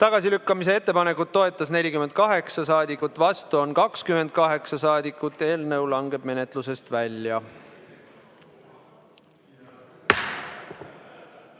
Tagasilükkamise ettepanekut toetas 48 rahvasaadikut, vastu on 28. Eelnõu langeb menetlusest välja.